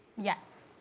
yes.